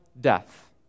death